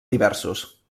diversos